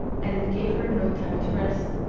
and gave her no time to rest.